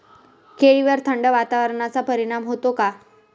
केळीवर थंड वातावरणाचा परिणाम होतो का?